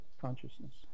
consciousness